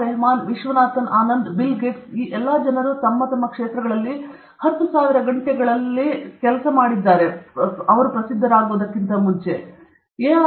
Rahman Viswanathan Anand Bill Gates ಈ ಎಲ್ಲ ಜನರೂ ತಮ್ಮ ಆಯಾ ಕ್ಷೇತ್ರಗಳಲ್ಲಿ 10000 ಗಂಟೆಗಳಲ್ಲಿ ಪ್ರಸಿದ್ಧರಾಗುವುದಕ್ಕಿಂತ ಮುಂಚೆಯೇ ನೀವು ಯೋಚಿಸುತ್ತಿದ್ದೀರಿ